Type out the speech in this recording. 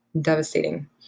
devastating